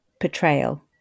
portrayal